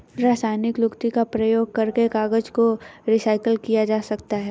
रासायनिक लुगदी का प्रयोग करके कागज को रीसाइकल किया जा सकता है